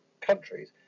countries